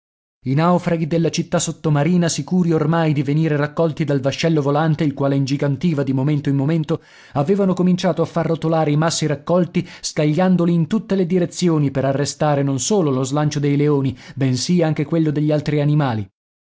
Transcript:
i naufraghi della città sottomarina sicuri ormai di venire raccolti dal vascello volante il quale ingigantiva di momento in momento avevano cominciato a far rotolare i massi raccolti scagliandoli in tutte le direzioni per arrestare non solo lo slancio dei leoni bensì anche quello degli altri animali